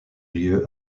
lieu